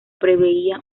preveía